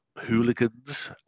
hooligans